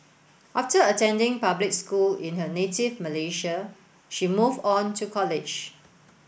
after attending public school in her native Malaysia she moved on to college